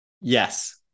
Yes